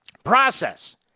Process